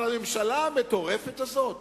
אבל הממשלה המטורפת הזאת,